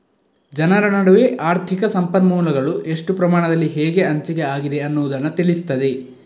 ಜನರ ನಡುವೆ ಆರ್ಥಿಕ ಸಂಪನ್ಮೂಲಗಳು ಎಷ್ಟು ಪ್ರಮಾಣದಲ್ಲಿ ಹೇಗೆ ಹಂಚಿಕೆ ಆಗಿದೆ ಅನ್ನುದನ್ನ ತಿಳಿಸ್ತದೆ